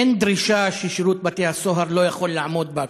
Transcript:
אין דרישה ששירות בתי-הסוהר לא יכול לעמוד בה,